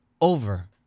over